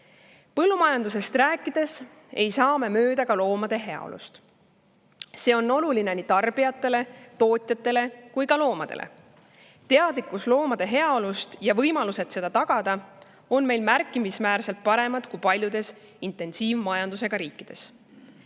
positsiooni. Põllumajandusest rääkides ei saa me mööda ka loomade heaolust. See on oluline nii tarbijatele, tootjatele kui ka loomadele. Teadlikkus loomade heaolust ja võimalused seda tagada on meil märkimisväärselt paremad kui paljudes intensiivmajandusega riikides.